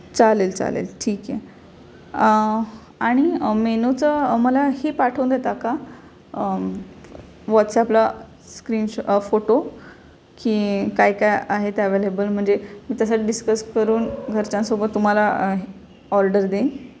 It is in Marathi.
चालेल चालेल ठीक आहे आणि मेनूचं मला हे पाठवून देता का वॉट्सअपला स्क्रीनश फोटो की काय काय आहेत ॲव्हेलेबल म्हणजे मी तसं डिस्कस करून घरच्यांसोबत तुम्हाला ऑर्डर देईन